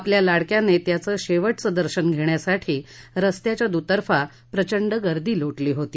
आपल्या लाडक्या नेत्याचे शेवटचे दर्शन घेण्यासाठी रस्त्याच्या दुतर्फा प्रचंड गर्दी लोटली होती